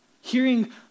hearing